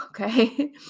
okay